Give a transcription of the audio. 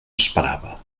esperava